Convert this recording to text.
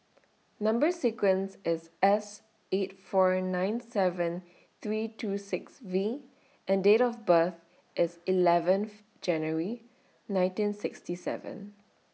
Number sequence IS S eight four nine seven three two six V and Date of birth IS eleventh January nineteen sixty seven